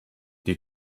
die